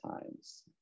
times